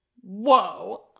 Whoa